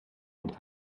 mit